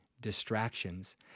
distractions